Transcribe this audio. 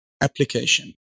application